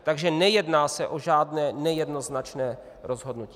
Takže nejedná se o žádné nejednoznačné rozhodnutí.